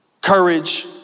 courage